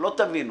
שלא תבינו.